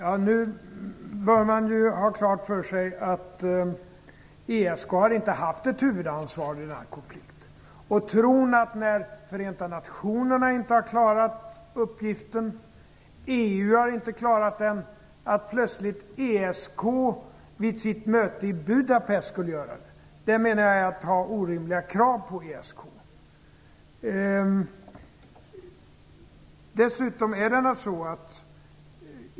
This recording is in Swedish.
Fru talman! Man bör ha klart för sig att ESK inte har haft ett huvudansvar i den här konflikten. Att tro att ESK plötsligt vid sitt möte i Budapest skulle klara uppgiften, när inte Förenta Nationerna och inte heller EU har klarat den, menar jag är att ställa orimliga krav på ESK.